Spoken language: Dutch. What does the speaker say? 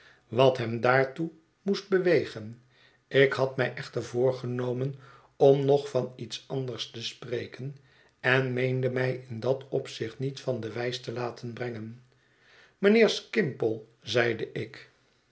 wat hem daartoe moest bewegen ik had mij echter voorgenomen om nog van iets anders te spreken en meende mij in dat opzicht niet van de wijs te laten brengen mijnheer skimpole zeide ik